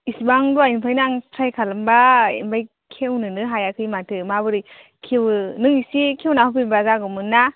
एसिबां दहायनिफ्रायनो आङो ट्राइ खालामबाय आमफ्राय खेवनोनो हायाखै माथो माबोरै खेवो नों एसे खेवना होफैबा जागौ मोन्ना